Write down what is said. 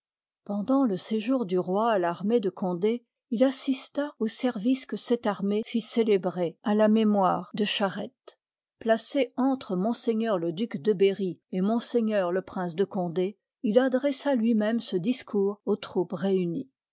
pendant le séjour du roi à l'armée de gondé il assista au service que cette armée lit célébrer à la mémoire de gharette placé entre m le duc de berry et m le prince de gondé il adressa lui-même ce discours aux troupes réunies